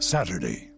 Saturday